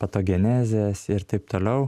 patogenezes ir taip toliau